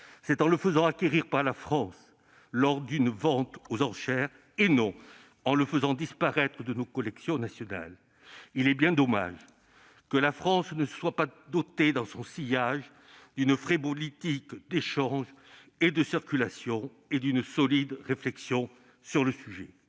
c'est en le faisant acquérir par la France lors d'une vente aux enchères, et non en le faisant disparaître de nos collections nationales. Il est bien dommage que la France ne se soit pas dotée, dans son sillage, d'une vraie politique d'échanges et de circulation et d'une solide réflexion sur le sujet.